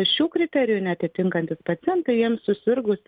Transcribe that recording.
šių kriterijų neatitinkantys pacientai jiem susirgus